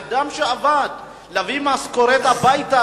אדם שעבד כדי להביא משכורת הביתה,